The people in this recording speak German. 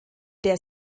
der